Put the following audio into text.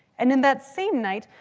and then that same night,